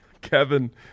Kevin